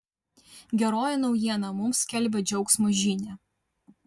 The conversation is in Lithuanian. geroji naujiena mums skelbia džiaugsmo žinią